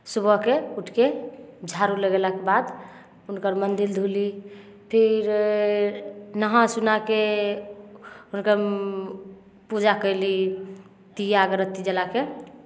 सुबहके उठिके झाड़ू लगेलाक बाद हुनकर मन्दिर धोली फिर नहा सोनाके हुनकर पूजा कयली दीया अगरबत्ती जलाके